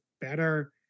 better –